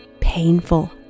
painful